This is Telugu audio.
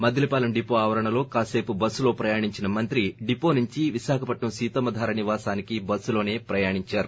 మద్దెలపాలెం డిపో ఆవరణలో కాసేవు బస్సులో ప్రయాణించిన మంత్రి డిపో నుంచి సీతమ్మ ధార నివాసానికి బస్సులోనే ప్రయాణించారు